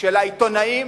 של העיתונאים,